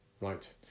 Right